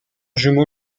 jumeau